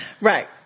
Right